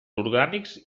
orgànics